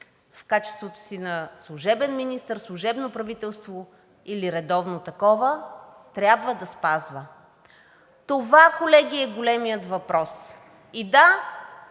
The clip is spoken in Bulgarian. в качеството си на служебен министър, служебно правителство или редовно такова, трябва да спазва. Това, колеги, е големият въпрос. И да,